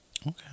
Okay